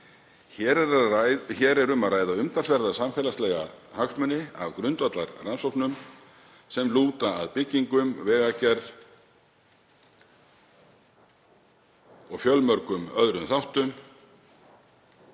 Hér er um að ræða umtalsverða samfélagslega hagsmuni af grundvallarrannsóknum sem lúta að byggingum og vegagerð og fjölmörgum öðrum þáttum,